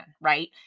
right